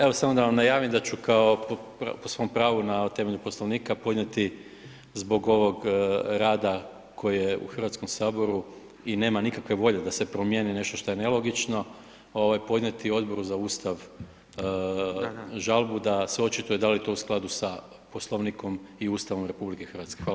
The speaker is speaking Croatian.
Evo samo da vam najavim da ću kao po svom pravu na temelju Poslovnika podnijeti zbog ovog rada koji je u HS i nema nikakve volje da se promijeni nešto šta je nelogično, ovaj podnijeti Odboru za Ustav žalbu da se očituje da li je to u skladu sa Poslovnikom i Ustavom RH.